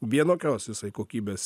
vienokios jisai kokybės